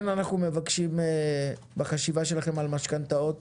אנחנו מבקשים בחשיבה שלכם על משכנתאות